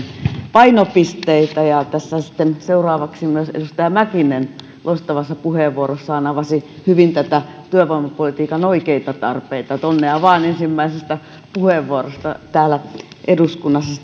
painopisteitä ja tässä sitten seuraavaksi myös edustaja mäkinen loistavassa puheenvuorossaan avasi hyvin näitä työvoimapolitiikan oikeita tarpeita että onnea vain ensimmäisestä puheenvuorosta täällä eduskunnassa